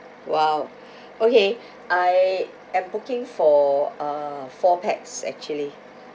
!wow! okay I am booking for uh four pax actually